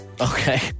Okay